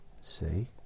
See